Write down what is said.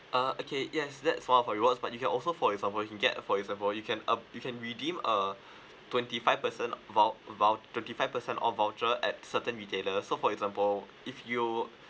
uh okay yes that's for our rewards but you also for example you can get for example you can uh you can redeem uh twenty five percent vouc~ vouc~ twenty five percent off voucher at certain retailer so for example if you